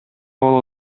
боло